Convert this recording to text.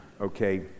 Okay